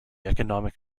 economic